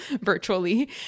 virtually